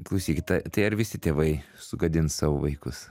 klausykit ta tai ar visi tėvai sugadins savo vaikus